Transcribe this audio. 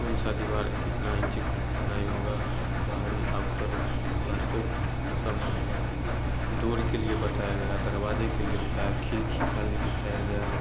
कौन सा दीवार कितना इंच का चुनाई होगा बाहरी ऑउटर प्लास्टिक कितने का लाना होगा दूर के लिए बताया गया दरवाजे के लिए बताया खिड़की का लिए बताया गया